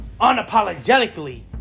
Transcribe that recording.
unapologetically